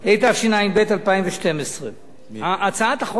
התשע"ב 2012. הצעת החוק